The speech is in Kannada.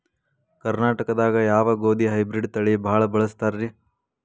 ಕರ್ನಾಟಕದಾಗ ಯಾವ ಗೋಧಿ ಹೈಬ್ರಿಡ್ ತಳಿ ಭಾಳ ಬಳಸ್ತಾರ ರೇ?